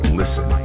listen